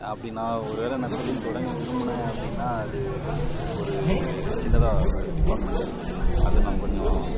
அப்படி நான் ஒரு வேளை நான் தொழில் தொடங்க விரும்பினேன் அப்படினா அது ஒரு ஒரு சின்னதாக ஒரு டிபார்ட்மெண்டல் அது நமக்கு கொஞ்சம்